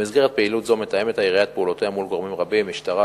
במסגרת פעילות זו מתאמת העירייה את פעולותיה עם גורמים רבים: המשטרה,